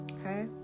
okay